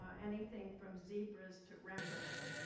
ah anything from zebras to rembrandts.